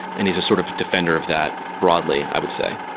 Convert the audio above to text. and he's a sort of defender of that broadly i would say.